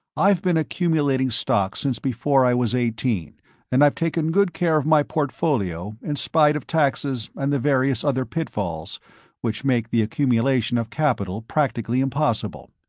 i've been accumulating stock since before i was eighteen and i've taken good care of my portfolio in spite of taxes and the various other pitfalls which make the accumulation of capital practically impossible.